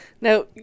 Now